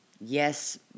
Yes